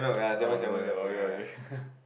oh it's the okay okay